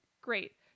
Great